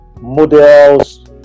models